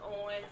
on